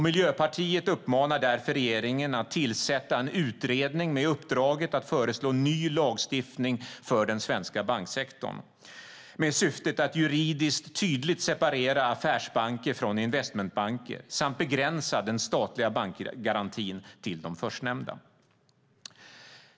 Miljöpartiet uppmanar därför regeringen att tillsätta en utredning med uppdraget att föreslå ny lagstiftning för den svenska banksektorn med syftet att juridiskt tydligt separera affärsbanker från investmentbanker samt begränsa den statliga bankgarantin till de förstnämnda.